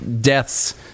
deaths